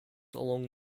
along